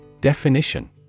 Definition